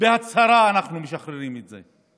בהצהרה אנחנו משחררים את זה,